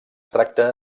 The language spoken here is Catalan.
tracta